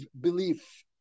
belief،